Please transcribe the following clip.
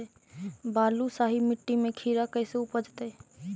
बालुसाहि मट्टी में खिरा कैसे उपजतै?